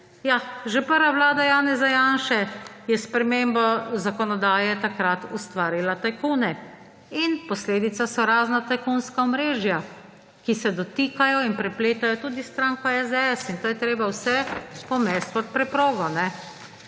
že prva vlada Janeza Janše je s spremembo zakonodaje takrat ustvarila tajkune in posledica so razna tajkunska omrežja, ki se dotikajo in prepletajo tudi s stranko SDS. In to je treba vse pomesti pod preprogo.